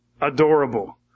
adorable